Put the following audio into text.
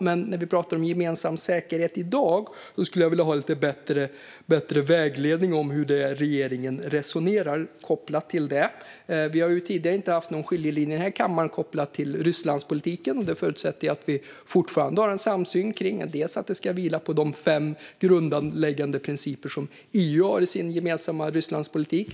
Men när vi pratar om gemensam säkerhet i dag skulle jag vilja ha lite bättre vägledning om hur regeringen resonerar om det. Vi har tidigare inte haft någon skiljelinje i den här kammaren i fråga om Rysslandspolitiken. Det förutsätter jag att vi fortfarande har samsyn kring. Den ska vila på de fem grundläggande principer som EU har i sin gemensamma Rysslandspolitik.